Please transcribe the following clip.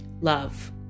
love